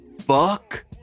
fuck